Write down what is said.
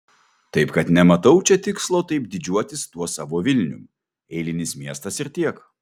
taip kad nematau čia tikslo taip didžiuotis tuo savo vilnium eilinis miestas ir tiek